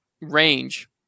range